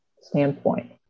standpoint